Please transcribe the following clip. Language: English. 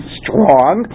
strong